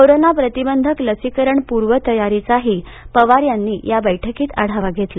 corona प्रतिबंधक लसीकरण पूर्वतयारीचा ही पवार यांनी या बैठकीत आढावा घेतला